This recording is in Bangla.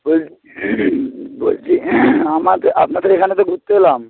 বলছি বলছি আমাকে আপনাদের এখানে তো ঘুরতে এলাম